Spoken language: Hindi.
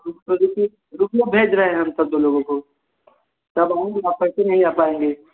रुकिए भेज रहे हैं हम तब दो लोगों को तब आएँगे आप ऐसे नहीं आ पाएँगे